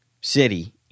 city